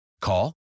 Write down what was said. Call